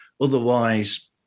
Otherwise